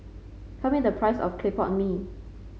tell me the price of Clay Pot Mee